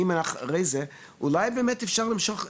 האם אחרי זה באמת אולי יהיה אפשר למשוך.